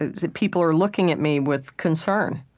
that people are looking at me with concern.